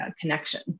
connection